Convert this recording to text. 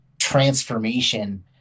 transformation